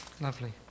lovely